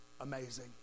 amazing